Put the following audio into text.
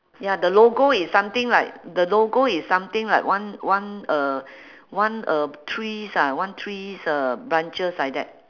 ya the logo is something like the logo is something like one one uh one uh trees ah one trees uh branches like that